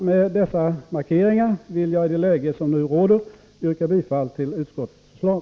Med dessa markeringar vill jag i det läge som nu råder yrka bifall till hemställan i utskottets förslag.